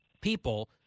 people